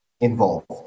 involved